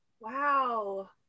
Wow